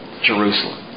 Jerusalem